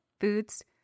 foods